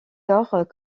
lors